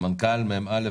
מ.א.